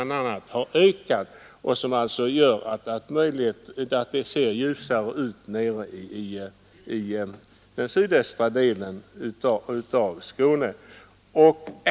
Det ser alltså ljusare ut nu i den sydöstra delen av Skåne.